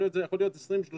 זה יכול להיות ב-2032,